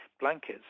blankets